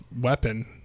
weapon